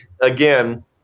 again